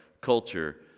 culture